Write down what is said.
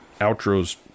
outros